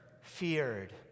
feared